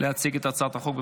להציג את הצעת החוק.